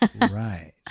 Right